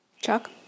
Chuck